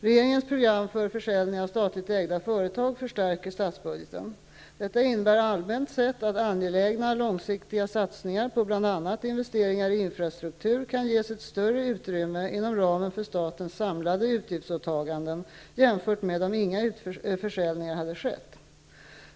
Regeringens program för försäljning av statligt ägda företag förstärker statsbudgeten. Detta innebär allmänt sett att angelägna långsiktiga satsningar på bl.a. investeringar i infrastruktur kan ges ett större utrymme inom ramen för statens samlade utgiftsåtaganden, jämfört med om inga utförsäljningar hade skett.